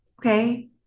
Okay